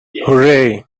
hooray